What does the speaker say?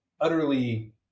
utterly